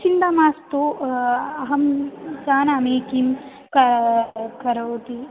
चिन्ता मास्तु अहं जानामि किं क करोति